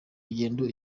rugendo